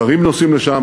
שרים נוסעים לשם.